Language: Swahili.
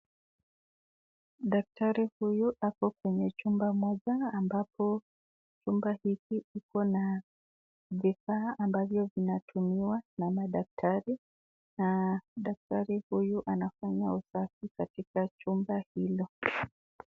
Daktari huyu ako kwenye chumba moja ambapo chumba hiki ikona vifaa ambavyo vinavyotumiwa na madaktari na daktari huyu anafanya usafi katika chumba hilo.